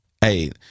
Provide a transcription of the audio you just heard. Hey